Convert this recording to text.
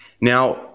Now